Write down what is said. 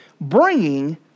Bringing